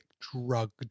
drugged